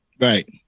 Right